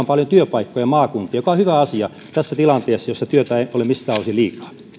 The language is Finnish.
paljon työpaikkoja maakuntiin mikä on hyvä asia tässä tilanteessa jossa työtä ei ole miltään osin liikaa